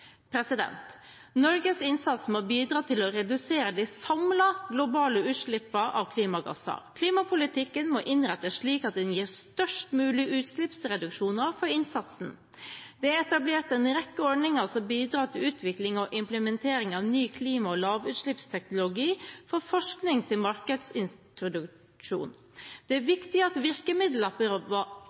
Norges innsats må bidra til å redusere de samlede globale utslipp av klimagasser. Klimapolitikken må innrettes slik at den gir størst mulig utslippsreduksjoner for innsatsen. Det er etablert en rekke ordninger som bidrar til utvikling og implementering av ny klima- og lavutslippsteknologi, fra forskning til markedsintroduksjon. Det er viktig at